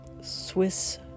Swiss